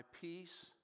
peace